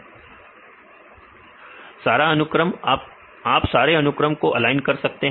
विद्यार्थी सभी अनुक्रम सारा अनुक्रम आप सारे अनुक्रम को ऑलाइन कर सकते हैं